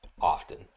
often